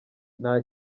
nta